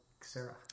Sarah